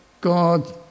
God